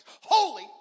holy